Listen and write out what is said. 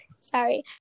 Sorry